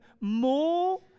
more